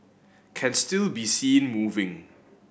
can still be seen moving